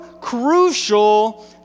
crucial